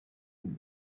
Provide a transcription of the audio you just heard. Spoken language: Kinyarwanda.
muri